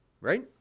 right